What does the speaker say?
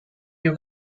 you